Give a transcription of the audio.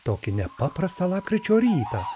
tokį nepaprastą lapkričio rytą